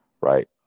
right